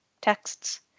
texts